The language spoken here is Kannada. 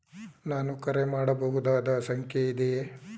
ನಾನು ಕರೆ ಮಾಡಬಹುದಾದ ಸಂಖ್ಯೆ ಇದೆಯೇ?